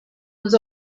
uns